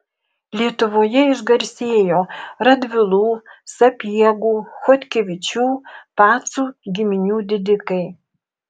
lietuvoje išgarsėjo radvilų sapiegų chodkevičių pacų giminių didikai